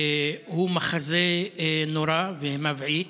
הוא מחזה נורא ומבעית.